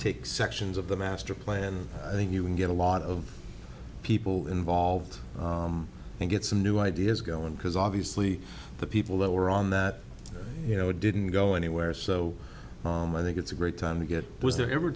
take sections of the master plan i think you can get a lot of people involved and get some new ideas going because obviously the people that were on that you know didn't go anywhere so i think it's a great time to get was there ever